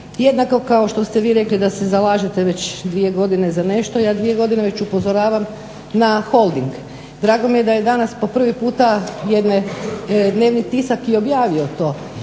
jednako kao što ste vi rekli da se zalažete već dvije godine za nešto. Ja već dvije godine upozoravam na Holding. Drago mi je da je danas po prvi puta jedan dnevni tisak i objavio to